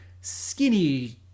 skinny